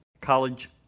college